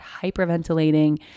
hyperventilating